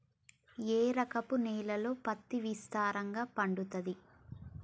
ఏ రకపు నేలల్లో పత్తి విస్తారంగా పండుతది?